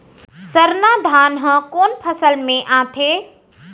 सरना धान ह कोन फसल में आथे?